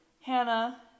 Hannah